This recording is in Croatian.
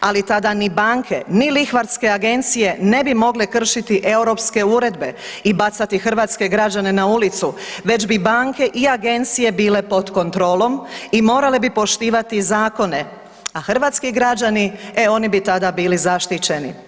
ali tada ni banke, ni lihvarske agencije ne bi mogle kršiti europske uredbe i bacati hrvatske građane na ulicu već bi banke i agencije bile pod kontrolom i morale bi poštivati zakone, a hrvatski građani, e oni bi tada bili zaštićeni.